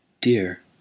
dear